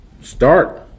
start